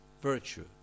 virtue